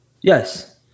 Yes